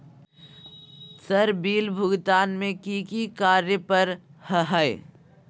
Sir bill भुगतान में की की कार्य पर हहै?